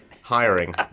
hiring